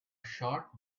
short